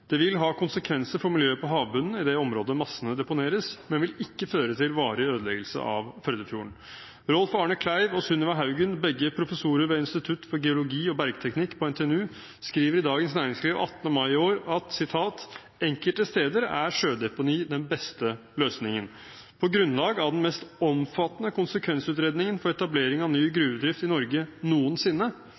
Det vil ha konsekvenser for miljøet på havbunnen i det området massene deponeres, men vil ikke føre til varig ødeleggelse av Førdefjorden. Rolf Arne Kleiv og Sunniva Haugen, begge professorer ved Institutt for geologi og bergteknikk på NTNU, skriver i Dagens Næringsliv den 18. mai i år: «Enkelte steder er sjødeponi den beste løsningen På grunnlag av den mest omfattende konsekvensutredningen for etablering av ny gruvedrift i Norge noensinne,